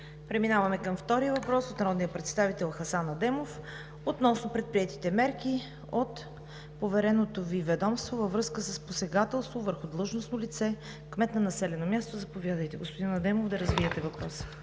Преминаваме към втория въпрос от народния представител Хасан Адемов относно предприетите мерки от повереното Ви ведомство във връзка с посегателство върху длъжностно лице – кмет на населено място. Заповядайте, господин Адемов, да развиете въпроса.